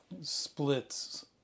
splits